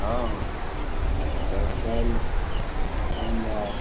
हँ तऽ काल्हि हम आएब